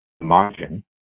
margin